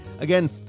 Again